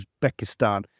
Uzbekistan